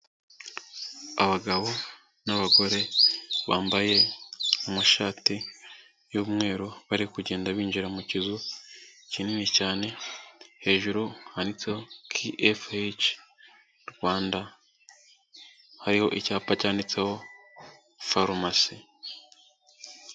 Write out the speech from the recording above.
Abagabo n'abagore bambaye amashati y'umweru bari kugenda binjira mu kizu kinini cyane, hejuru handitseho KFH RWANDA, hariho icyapa cyanditseho farumasi.